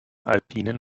alpinen